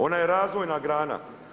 Ona je razvojna grana.